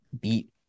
beat